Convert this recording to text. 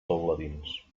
teuladins